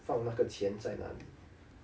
放那个钱在哪里